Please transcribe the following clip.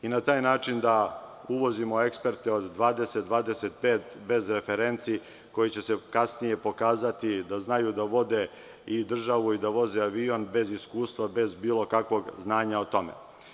Na taj način da uvozimo eksperte od 20, 25 bez referenci koji će se kasnije pokazati da znaju da vode i državu, da voze avion, bez iskustva, bez bilo kakvog znanja o tome.